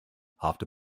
after